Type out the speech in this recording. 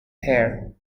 hair